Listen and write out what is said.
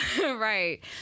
right